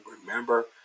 Remember